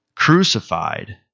crucified